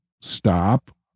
stop